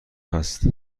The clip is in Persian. هست